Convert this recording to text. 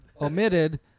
Omitted